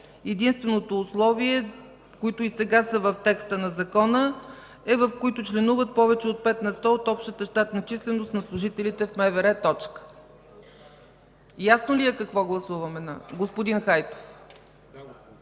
единственото условие, които и сега са в текста на Закона, е „в които членуват повече от пет на сто от общата численост на служителите в МВР”. Ясно ли е какво гласуваме, господин Хайтов?